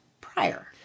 prior